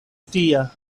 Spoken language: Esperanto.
tia